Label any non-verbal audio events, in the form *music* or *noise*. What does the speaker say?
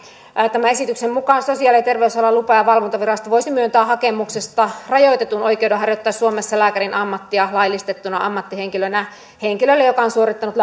tämän esityksen mukaan sosiaali ja terveysalan lupa ja valvontavirasto voisi myöntää hakemuksesta rajoitetun oikeuden harjoittaa suomessa lääkärin ammattia laillistettuna ammattihenkilönä henkilölle joka on suorittanut *unintelligible*